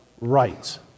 rights